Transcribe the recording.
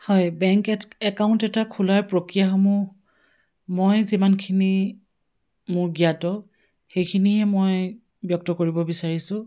হয় বেংক এক একাউণ্ট এটা খোলাৰ প্ৰক্ৰিয়াসমূহ মই যিমানখিনি মোৰ জ্ঞাত সেইখিনিহে মই ব্যক্ত কৰিব বিচাৰিছোঁ